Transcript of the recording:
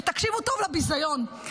תקשיבו טוב לביזיון.